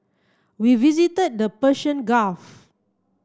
we visited the Persian Gulf